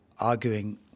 arguing